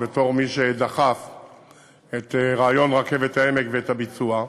בתור מי שדחף את רעיון רכבת העמק ואת הביצוע,